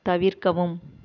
தவிர்க்கவும்